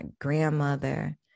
grandmother